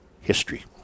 history